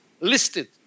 listed